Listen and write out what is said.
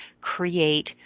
create